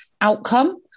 outcome